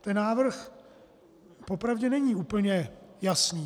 Ten návrh po pravdě není úplně jasný.